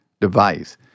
device